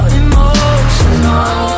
emotional